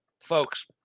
folks